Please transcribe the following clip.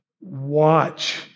Watch